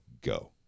go